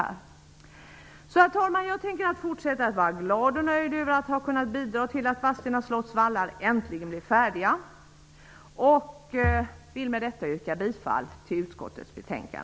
Jag tänker alltså, herr talman, fortsätta att vara glad och nöjd över att ha kunnat bidra till att Vadstena slotts vallar äntligen blir färdiga. Jag vill med detta yrka bifall till utskottets hemställan.